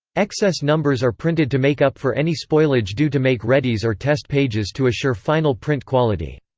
excess numbers are printed to make up for any spoilage due to make-readies or test pages to assure final print quality.